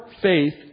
faith